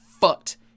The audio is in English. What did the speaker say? fucked